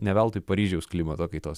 ne veltui paryžiaus klimato kaitos